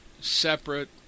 separate